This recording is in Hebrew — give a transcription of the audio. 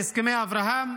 אברהם,